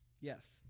Yes